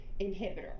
inhibitor